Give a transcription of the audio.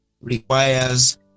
requires